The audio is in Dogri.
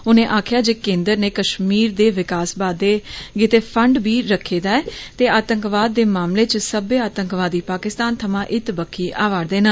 उनें आक्खेआ जे केन्द्र ने कश्मीर दे विकास बादे गितै फण्ड बी रखे दा ऐ ते आतंकवाद दे मामले च सब्बे आतंकवादी पाकिस्तान थमां इत्त बक्खी आवारदे न